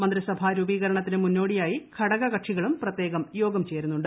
മന്ത്രിസഭാ രൂപീകരണത്തിന് മുന്നോടിയായി ഘടക കക്ഷികളും പ്രത്യേകം യോഗം ചേരുന്നുണ്ട്